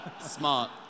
Smart